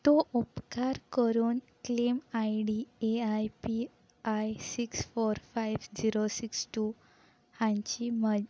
तूं उपकार करून claim ID A I P I six four five zero six two हांची मज